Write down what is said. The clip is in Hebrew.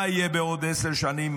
מה יהיה בעוד 10 שנים?